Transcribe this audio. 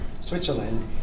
Switzerland